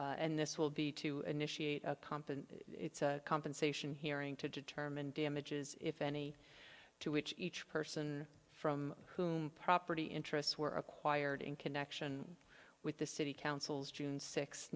auditorium and this will be to initiate a comp and compensation hearing to determine damages if any to which each person from whom property interests were acquired in connection with the city councils june sixth